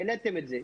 העליתם את זה,